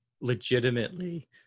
legitimately